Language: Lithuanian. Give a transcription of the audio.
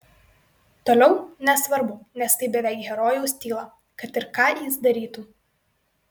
toliau nesvarbu nes tai beveik herojaus tyla kad ir ką jis darytų